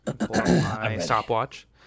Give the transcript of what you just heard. stopwatch